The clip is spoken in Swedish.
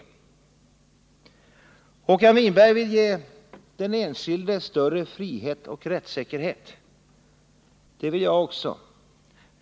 Håkan Winberg vill ge den enskilde större frihet och rättssäkerhet. Det vill jag också.